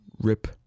rip